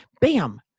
bam